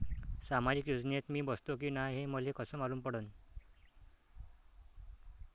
सामाजिक योजनेत मी बसतो की नाय हे मले कस मालूम पडन?